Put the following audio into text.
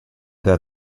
that